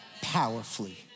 powerfully